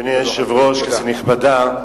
אדוני היושב-ראש, כנסת נכבדה,